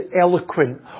eloquent